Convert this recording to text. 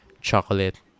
chocolate